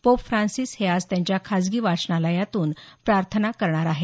pope Francis हे आज त्यांच्या खाजगी वाचनालयातून प्रार्थना करणार आहेत